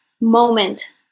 moment